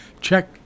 check